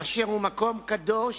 אשר הוא מקום קדוש